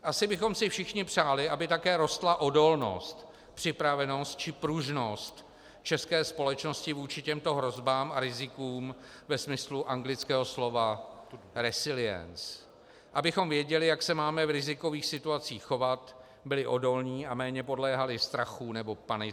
Asi bychom si všichni přáli, aby také rostla odolnost, připravenost či pružnost české společnosti vůči těmto hrozbám a rizikům ve smyslu anglického slova resilience, abychom věděli, jak se máme v rizikových situacích chovat, byli odolní a méně podléhali strachu nebo panice.